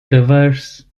diverse